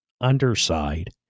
underside